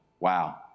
Wow